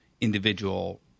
individual